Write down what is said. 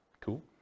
Cool